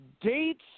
dates